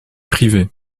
privé